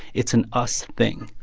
it's an us thing.